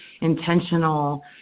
intentional